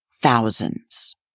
thousands